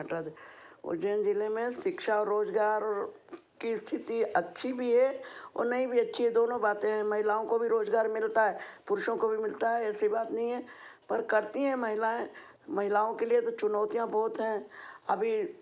हटा दें उज्जैन जिले में शिक्षा और रोजगार की स्थिति अच्छी भी है और नहीं भी अच्छी है दोनों बातें हैं महिलाओं को भी रोजगार मिलता है पुरुषों को भी मिलता है ऐसी बात नहीं है पर करती हैं महिलाएं महिलाओं के लिए तो चुनौतियाँ बहुत हैं अभी